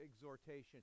exhortation